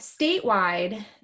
statewide